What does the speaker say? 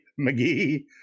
McGee